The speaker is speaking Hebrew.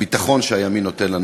הביטחון שהימין נותן לנו.